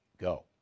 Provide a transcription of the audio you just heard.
go